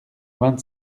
vingt